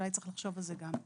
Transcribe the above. אולי צריך לחשוב גם על זה.